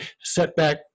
setback